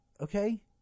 okay